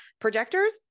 projectors